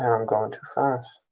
and i'm going too fast.